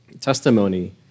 testimony